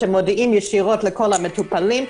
שמודיעות ישירות לכל המטופלים,